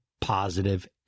positive